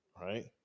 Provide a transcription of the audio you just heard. Right